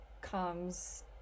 comes